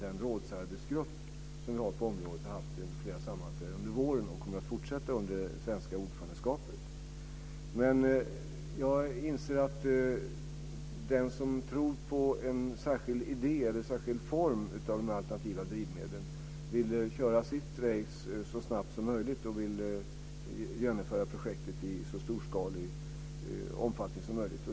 Den rådsarbetsgrupp vi har på området har haft flera sammanträden under våren, och man kommer att fortsätta under det svenska ordförandeskapet. Jag inser att den som tror på en särskild idé eller en särskild form av alternativa drivmedel vill köra sitt race så snabbt som möjligt och genomföra projekt i så storskalig omfattning som möjligt.